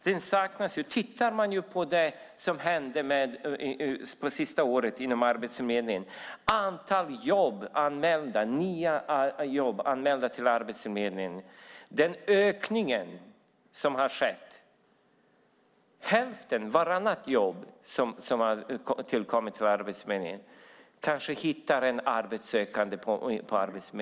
Man kan titta på det som har hänt under det senaste året i Arbetsförmedlingen med ökningen av antalet nya jobb som är anmälda. Till hälften av de jobb som har tillkommit till Arbetsförmedlingen kanske man hittar en arbetssökande.